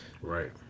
Right